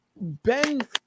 Ben